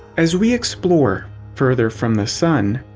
as we explore further from the sun,